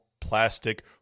plastic